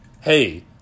hey